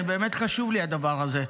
באמת חשוב לי הדבר הזה,